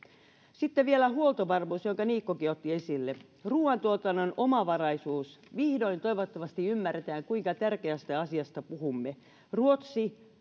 sitten vielä huoltovarmuus jonka niikkokin otti esille ruoantuotannon omavaraisuus vihdoin toivottavasti ymmärretään kuinka tärkeästä asiasta puhumme ruotsi